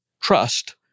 Trust